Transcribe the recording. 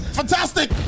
fantastic